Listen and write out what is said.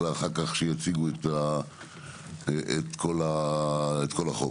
ואחר כך שיציגו את כל החוק.